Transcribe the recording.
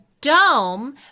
dome